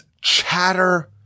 chatter